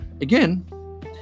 again